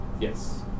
Yes